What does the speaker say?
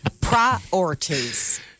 Priorities